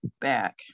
back